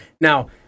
Now